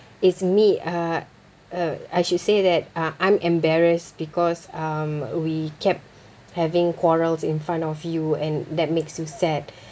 it's me uh uh I should say that uh I'm embarrassed because um we kept having quarrels in front of you and that makes you sad